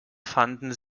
fanden